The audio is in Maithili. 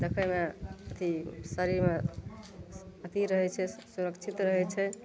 देखैमे अथी शरीरमे अथी रहै छै सुरक्षित रहै छै